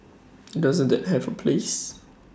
doesn't that have A place